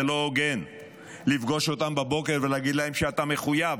זה לא הוגן לפגוש אותם בבוקר ולהגיד להם שאתה מחויב,